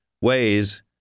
ways